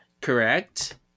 correct